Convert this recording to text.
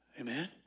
Amen